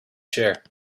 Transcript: chair